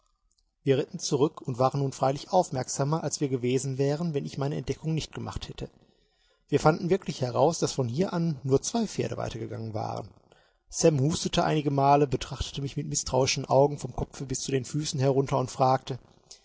wir ritten zurück und waren nun freilich aufmerksamer als wir gewesen wären wenn ich meine entdeckung nicht gemacht hätte wir fanden wirklich heraus daß von hier an nur zwei pferde weitergegangen waren sam hustete einige male betrachtete mich mit mißtrauischen augen vom kopfe bis zu den füßen herunter und fragte